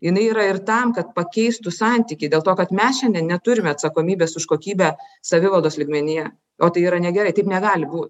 jinai yra ir tam kad pakeistų santykį dėl to kad mes šiandien neturime atsakomybės už kokybę savivaldos lygmenyje o tai yra negerai taip negali būt